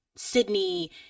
Sydney